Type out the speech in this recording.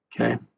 Okay